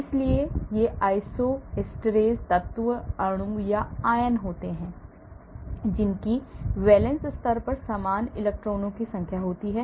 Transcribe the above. इसलिए ये isosteres तत्व अणु या आयन होते हैं जिनकी वैलेंस स्तर पर समान इलेक्ट्रॉनों की संख्या होती है